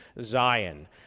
Zion